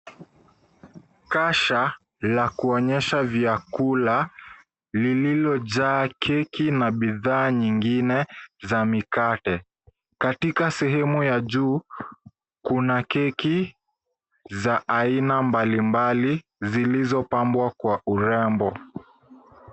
Kasha la kuonyesha vyakula, lililojaa keki na bidhaa nyingine za mikate. Katika sehemu ya juu, kuna keki za aina mbalimbali, zilizopambwa kwa urembo.